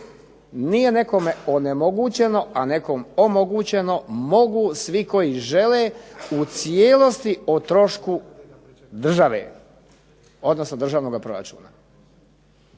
nije nekome onemogućeno, a nekome omogućeno. Mogu svi koji žele u cijelosti o trošku države, odnosno državnoga proračuna.